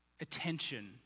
attention